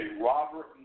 Robert